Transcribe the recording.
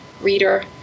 reader